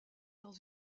dans